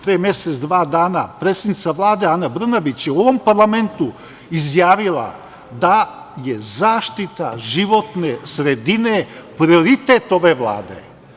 Pre mesec, dva dana predsednica Vlade, Ana Brnabić je u ovom parlamentu izjavila da je zaštita životne sredine prioritet ove Vlade.